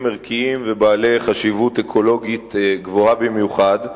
ערכיים ובעלי חשיבות אקולוגית גבוהה במיוחד,